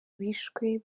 bishwe